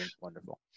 wonderful